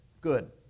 good